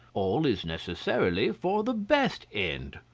all is necessarily for the best end.